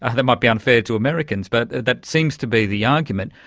ah that might be unfair to americans, but that seems to be the argument.